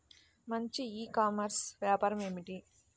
మంచి e commerce వ్యాపారం ఏమిటీ?